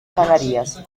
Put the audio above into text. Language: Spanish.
canarias